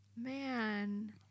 man